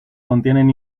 contienen